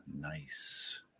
Nice